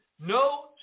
no